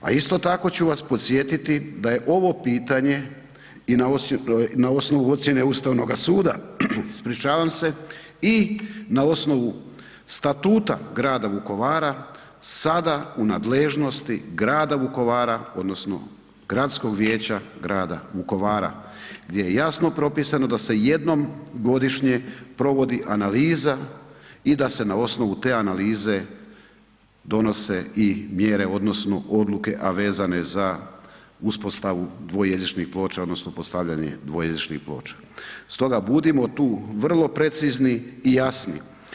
A isto tako ću vas podsjetiti da je ovo pitanje i na osnovu ocjene Ustavnoga suda, ispričavam se, i na osnovu Statuta Grada Vukovara, sada u nadležnosti Grada Vukovara odnosno gradskog vijeća Grada Vukovara, gdje je jasno propisano da se jednom godišnje provodi analiza i da se na osnovu te analize donose i mjere odnosne odluke, a vezane za uspostavu dvojezičnih ploča odnosno postavljanje dvojezičnih ploča, stoga budimo tu vrlo precizni i jasni.